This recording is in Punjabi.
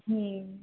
ਹਮ